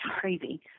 crazy